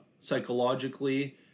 psychologically